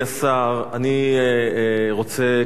אני רוצה קצת לחשוף